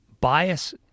bias